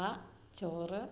കപ്പ ചോറ്